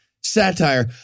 satire